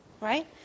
Right